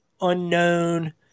unknown